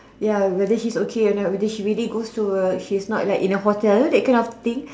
ya whether she's okay or not whether she really goes to work she's not like in a hotel you know that kind of thing